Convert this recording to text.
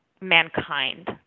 mankind